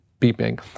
beeping